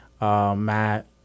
Matt